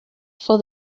for